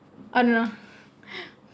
uh no